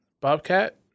Bobcat